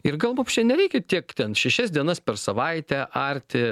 ir gal mums čia neveikia tiek ten šešias dienas per savaitę arti